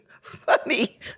funny